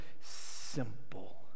simple